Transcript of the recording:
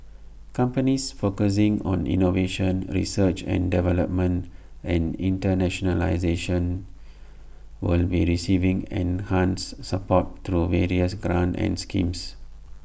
companies focusing on innovation research and development and internationalisation will be receiving enhanced support through various grants and schemes